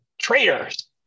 traitors